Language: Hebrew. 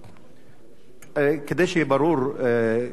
כבוד השר דיבר על כניסה שלישית לעיר רהט,